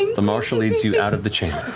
the marshal leads you out of the chamber.